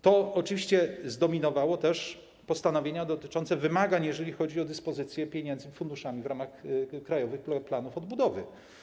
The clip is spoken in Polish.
To oczywiście zdominowało też postanowienia dotyczące wymagań, jeżeli chodzi o dysponowanie pieniędzmi, funduszami w ramach krajowych planów odbudowy.